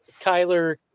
Kyler